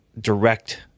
direct